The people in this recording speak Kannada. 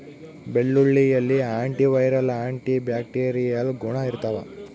ಬೆಳ್ಳುಳ್ಳಿಯಲ್ಲಿ ಆಂಟಿ ವೈರಲ್ ಆಂಟಿ ಬ್ಯಾಕ್ಟೀರಿಯಲ್ ಗುಣ ಇರ್ತಾವ